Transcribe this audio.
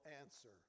answer